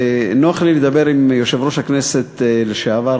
נוח לי לדבר עם יושב-ראש הכנסת לשעבר,